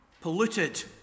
Polluted